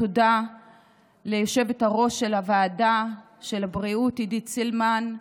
תודה ליושבת-ראש של וועדת הבריאות עידית סילמן,